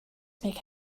make